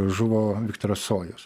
žuvo viktoras cojus